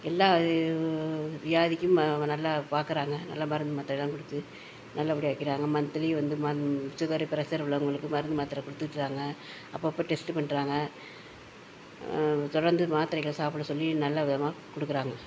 எல்லா வியாதிக்கும் மா நல்லா பார்க்கறாங்க நல்லா மருந்து மாத்திரைலாம் கொடுத்து நல்லப்படியாக வக்கிறாங்க மன்த்லி வந்து மருந் சுகரு ப்ரெஸர் உள்ளவங்களுக்கு மருந்து மாத்திரை கொடுத்துட்றாங்க அப்பப்போ டெஸ்ட்டு பண்ணுறாங்க தொடர்ந்து மாத்திரைகள் சாப்பிட சொல்லி நல்ல விதமாக கொடுக்கறாங்க